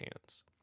hands